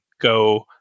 go